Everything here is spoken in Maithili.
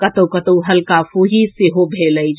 कतहु कतहु हल्का फूंहि सेहो भेल अछि